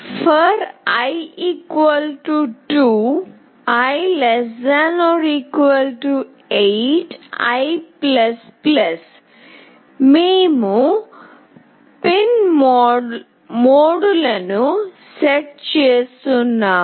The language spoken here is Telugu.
i 2 కోసం i 8 i for i2 i8 i మేము పిన్ మోడ్లను సెట్ చేస్తున్నాము